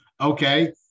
Okay